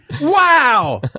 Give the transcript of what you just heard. wow